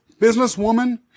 businesswoman